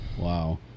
Wow